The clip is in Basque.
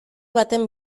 baten